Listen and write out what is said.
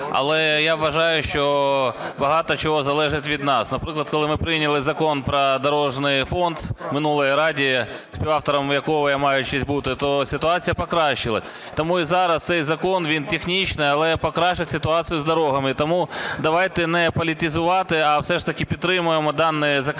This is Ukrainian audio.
Але я вважаю, що багато чого залежить від нас. Наприклад, коли ми прийняли Закон про дорожній фонд в минулій Раді, співавтором якого я маю честь бути, то ситуація покращилась. Тому і зараз цей закон - він технічний, але покращить ситуацію з дорогами. Тому давайте не політизувати, а все ж таки підтримаємо даний